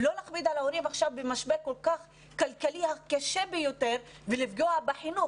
ולא להכביד על ההורים במשבר כלכלי הקשה ביותר ולפגוע בחינוך.